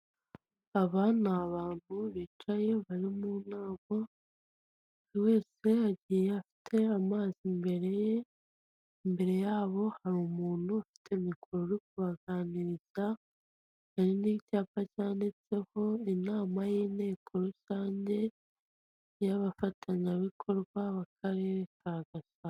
Aba ni abantu bicaye, bari mu nama, buri wese agiye afite amazi imbere ye, imbere yabo hari umuntu ufite mikoro, uri kubaganiriza, hari n'icyapa cyanditseho," Imana y'inyeko rusange, y'abafatanyabikorwa b'akarere ka Gasabo".